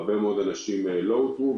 הרבה מאוד אנשים לא אותרו,